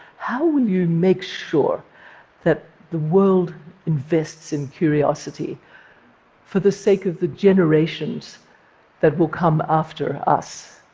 how will you make sure that the world invests in curiosity for the sake of the generations that will come after us?